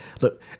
Look